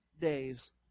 days